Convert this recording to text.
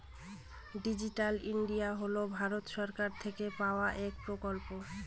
digital India হল ভারত সরকার থেকে পাওয়া এক প্রকল্প